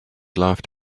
laughed